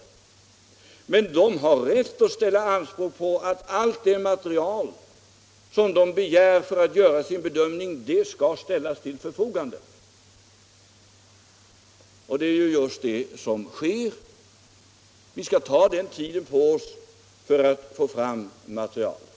Men de har rätt att ställa anspråk på att allt det material som de begär för att göra sin bedömning skall ställas till förfogande. Och det är ju just det som sker. Vi skall ta den tid på oss som behövs för att få fram materialet.